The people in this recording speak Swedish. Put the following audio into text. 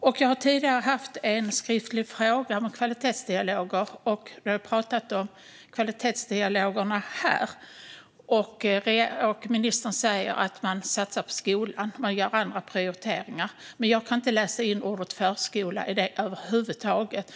Jag har tidigare lämnat in en skriftlig fråga om kvalitetsdialoger, och vi har också talat om kvalitetsdialogerna här. Ministern säger att man satsar på skolan men gör andra prioriteringar. Men jag kan inte läsa in ordet "förskola" i det över huvud taget.